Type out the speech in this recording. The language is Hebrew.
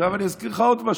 עכשיו אני אזכיר לך עוד משהו.